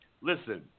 Listen